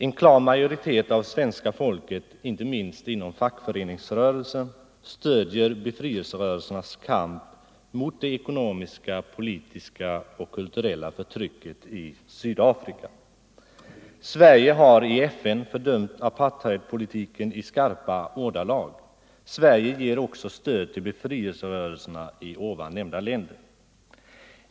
En klar majoritet av svenska folket — inte minst inom fackföreningsrörelsen — stöder befrielserörelsernas kamp mot det ekonomiska, politiska och kulturella förtrycket i Sydafrika. Sverige har i FN fördömt apartheidpolitiken i skarpa ordalag, och Sverige ger också stöd till befrielserörelserna i nämnda länder.